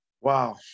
Wow